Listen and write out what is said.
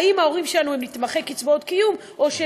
האם ההורים שלנו הם נתמכי קצבאות קיום או הם